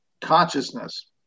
consciousness